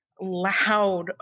loud